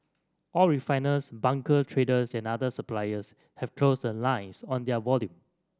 all refiners bunker traders and other suppliers have closed the lines on their volume